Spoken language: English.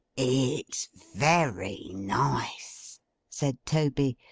it's very nice said toby.